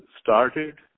started